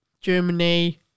Germany